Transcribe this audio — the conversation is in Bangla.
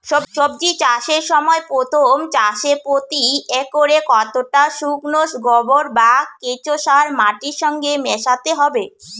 সবজি চাষের সময় প্রথম চাষে প্রতি একরে কতটা শুকনো গোবর বা কেঁচো সার মাটির সঙ্গে মেশাতে হবে?